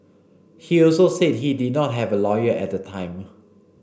he also said he did not have a lawyer at a time